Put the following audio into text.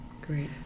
Great